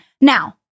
Now